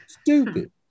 Stupid